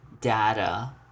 data